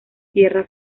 tierra